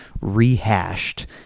rehashed